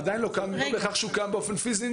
לא בהכרח שהוא קיים באופן פיזי.